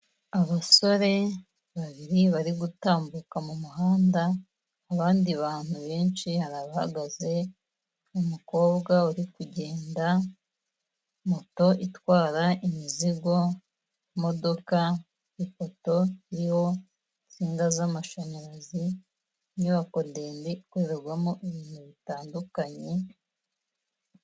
Abasore babiri bari gutambuka mu muhanda, abandi bantu benshi, hari abahagaze, umukobwa uri kugenda, moto itwara imizigo, imodoka, ipoto iriho insinga z'amashanyarazi, inyubako ndende ikorerwamo ibintu bitandukanye.